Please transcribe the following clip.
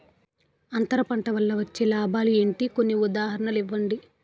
అంతర పంట వల్ల వచ్చే లాభాలు ఏంటి? కొన్ని ఉదాహరణలు ఇవ్వండి?